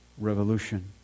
revolution